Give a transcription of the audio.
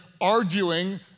arguing